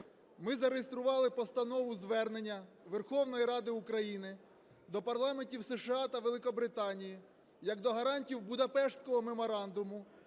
Ми зареєстрували постанову-звернення Верховної Ради України до парламентів США та Великобританії як до гарантів Будапештського меморандуму